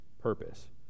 purpose